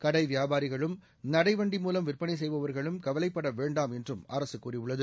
கடை வியாபாரிகளும் நடைவண்டி மூவம் விற்பனை செய்பவர்களும் கவலைப்பட வேண்டாம் என்று அரசு கூறியுள்ளது